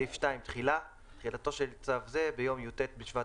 תחילה תחילתו של צו זה ביום י"ט בשבט